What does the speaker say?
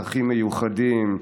צרכים מיוחדים,